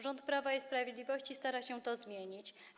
Rząd Prawa i Sprawiedliwości stara się to zmienić.